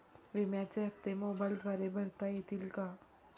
विम्याचे हप्ते मोबाइलद्वारे भरता येतील का?